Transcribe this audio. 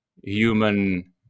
human